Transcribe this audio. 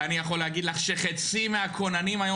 ואני יכול להגיד לך שחצי מהכוננים היום